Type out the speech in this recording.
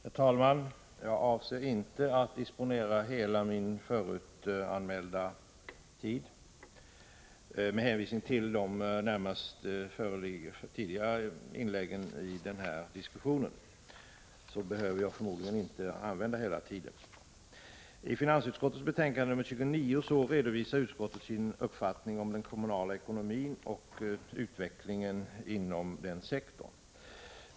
Herr talman! Jag avser inte att disponera hela min förutanmälda tid. Med hänvisning till de närmast tidigare inläggen i den här diskussionen behöver jag inte använda hela tiden. I finansutskottets betänkande nr 29 redovisar utskottet sin uppfattning om den kommunala ekonomin och utvecklingen inom den sektorn.